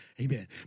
Amen